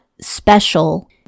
special